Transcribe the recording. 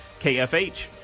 KFH